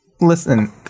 Listen